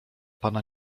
pana